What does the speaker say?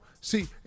See